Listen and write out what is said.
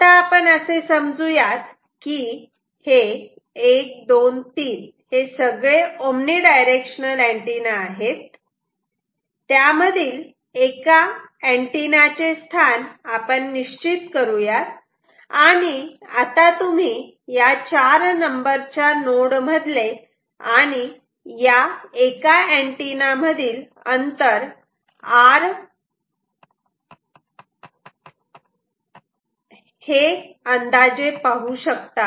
आता आपण असे समजू यात की हे 1 2 3 सगळे ओमनी डायरेक्शनल अँटिना आहेत त्यामधील एका अँटिना चे स्थान आपण निश्चित करूयात आणि आता तुम्ही 4 नंबरच्या नोड मधले आणि या एका अँटिना मधील अंतर r हे अंदाजे पाहू शकतात